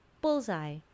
Bullseye